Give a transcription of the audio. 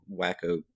wacko